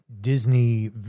disney